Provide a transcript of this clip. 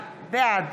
בעד